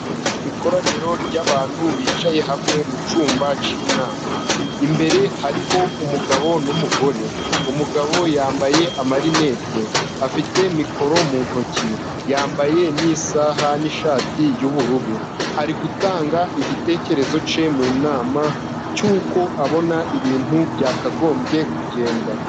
Ikoraniro ry'abantu bicaye hamwe mu cyumba cy'inama. Imbere hariho umugabo n'umugore. Umugabo yambaye amarinete. Afite mikoro mu ntoki. Yambaye n'isaha n'ishati y'ubururu. Ari gutanga igitekerezo cye mu nama cy'uko abona ibintu byakagombye kugenda.